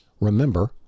Remember